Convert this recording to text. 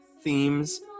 themes